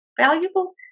valuable